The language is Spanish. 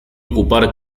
ocupar